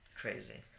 Crazy